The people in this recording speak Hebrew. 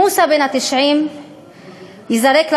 מוסא בן ה-90 ייזרק לרחוב,